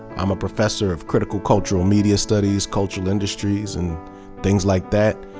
i'm a professor of critical cu ltural media studies, cu ltural industries, and things like that.